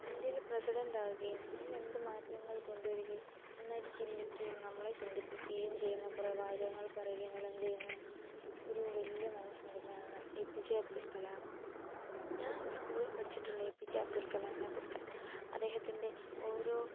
ഇൻഡ്യയിലെ പ്രസിഡണ്ട് ആകുകയും പിന്നെ എന്ത് മാറ്റങ്ങൾ കൊണ്ടുവരികെയും നന്നായിട്ട് ചിന്തിക്കുകയും നമ്മളെ ചിന്തിപ്പിക്കുകയും ചെയ്യുന്ന കുറേ വാചകങ്ങൾ പറയുകയും എല്ലാം ചെയ്യുന്ന ഒരു വലിയ മനസ്സിന് ഉടമയാണ് A P J Abdul Kalam ഞാൻ സ്കൂളിൽ പഠിച്ചിട്ടുള്ള എ പി ജെ അബ്ദുൾ കലാമിനെ കുറിച്ച് അദ്ദേഹത്തിൻ്റെ ഓരോ